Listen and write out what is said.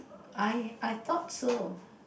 I I thought so